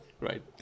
Right